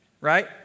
right